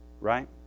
right